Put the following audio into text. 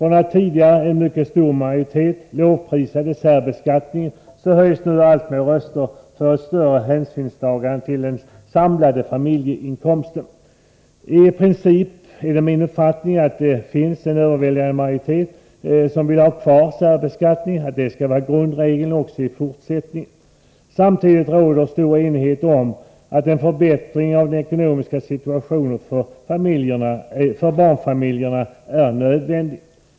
Om tidigare en mycket stor majoritet lovprisade särbeskattningen, höjs nu allt fler röster för ett större hänsynstagande till den samlade familjeinkomsten. I princip är det min uppfattning att det finns en överväldigande majoritet för att särbeskattning skall vara grundregeln även i fortsättningen. Samtidigt råder stor enighet om att en förbättring av den ekonomiska situationen för barnfamiljerna är nödvändig.